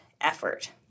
effort